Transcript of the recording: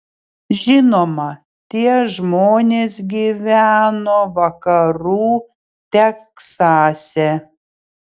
žinoma tie žmonės gyveno vakarų teksase